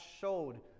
showed